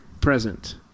present